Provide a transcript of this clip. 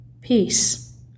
Peace